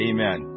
Amen